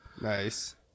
Nice